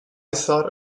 thought